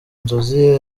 nzozi